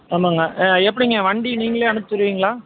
ஆமாங்க ஆ எப்படிங்க வண்டி நீங்களே அனுப்ச்சுருவீங்களா